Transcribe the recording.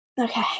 okay